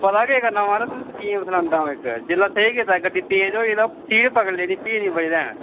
पता केह् करना महाराज तुस स्कीम सनांदा अ'ऊं इक जेल्लै सेही कीता गड्डी तेज होई दी ते सीट पकड़ी लेई फ्ही नि बचना ऐ